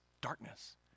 darkness